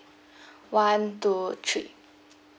one two three